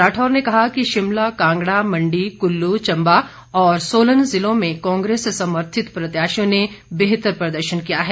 राठौर ने कहा कि शिमला कांगड़ा मंडी कुल्ल चंबा और सोलन जिलों में कांग्रेस समर्थित प्रत्याशियों ने बेहतर प्रदर्शन किया है